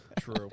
true